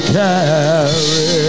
carry